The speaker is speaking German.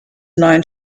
neuen